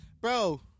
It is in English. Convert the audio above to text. Bro